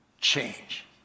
change